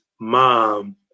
mom